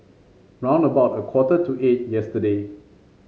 round about a quarter to eight yesterday